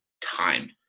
time